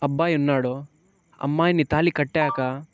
అబ్బాయి ఉన్నాడో అమ్మాయిని తాళి కట్టాక